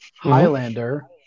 Highlander